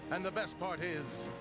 and the best part is.